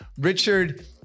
richard